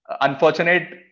unfortunate